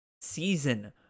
season